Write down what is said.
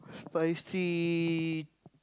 spicy